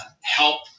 help